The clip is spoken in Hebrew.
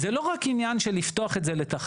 זה לא רק עניין של לפתוח את זה לתחרות,